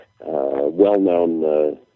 well-known